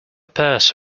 purse